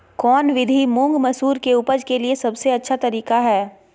कौन विधि मुंग, मसूर के उपज के लिए सबसे अच्छा तरीका है?